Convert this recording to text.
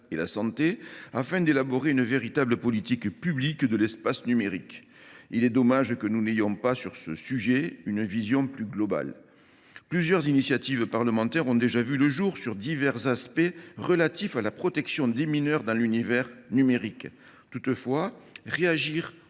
de la santé, afin d’élaborer une véritable politique publique de l’espace numérique. Il est dommage que nous n’ayons pas, sur ce sujet, une vision plus globale. Plusieurs initiatives parlementaires ont déjà vu le jour sur divers aspects de la protection des mineurs dans l’univers numérique. Toutefois, réagir